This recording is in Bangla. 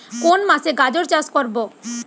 কোন মাসে গাজর চাষ করব?